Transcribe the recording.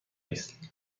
است